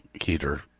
heater